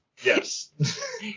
yes